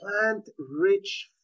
plant-rich